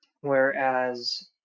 whereas